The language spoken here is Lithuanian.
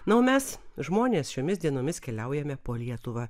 na o mes žmonės šiomis dienomis keliaujame po lietuvą